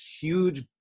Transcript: huge